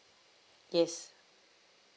yes